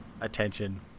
attention